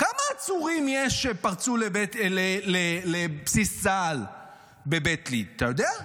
כמה עצורים שפרצו לבסיס צה"ל בבית ליד יש?